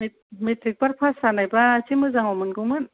मेट्रिकफोर pass जानायबा एसे मोजाङाव मोनगौमोन